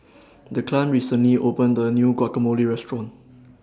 Declan recently opened A New Guacamole Restaurant